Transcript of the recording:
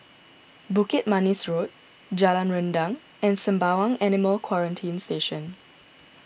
Bukit Manis Road Jalan Rendang and Sembawang Animal Quarantine Station